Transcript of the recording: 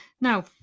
Now